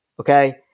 Okay